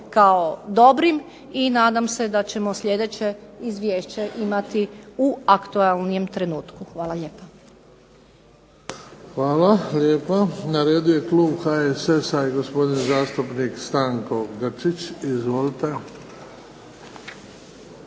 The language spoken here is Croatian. kao dobrim i nadam se da ćemo sljedeće izvješće imati u aktuelnijem trenutku. Hvala lijepa. **Bebić, Luka (HDZ)** Hvala lijepa. Na redu je klub HSS-a i gospodin zastupnik Stanko Grčić. Izvolite.